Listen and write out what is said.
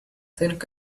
think